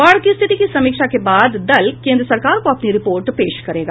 बाढ़ की स्थिति की समीक्षा के बाद दल केंद्र सरकार को अपनी रिपोर्ट पेश करेगा